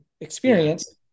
experience